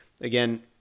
again